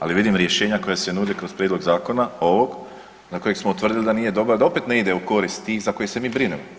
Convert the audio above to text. Ali vidim rješenja koja se nude kroz prijedlog Zakona, ovog, na kojeg smo utvrdili da nije dobar, da opet ne ide korist tih za koje se mi brinemo.